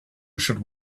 should